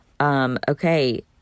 Okay